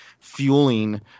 fueling